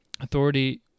authority